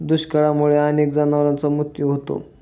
दुष्काळामुळे अनेक जनावरांचा मृत्यू होतो